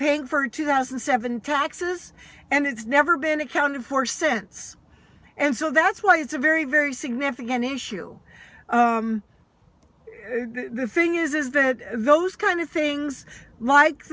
paying for two thousand and seven taxes and it's never been accounted for sense and so that's why it's a very very significant issue the thing is is that those kind of things like